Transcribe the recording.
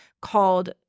called –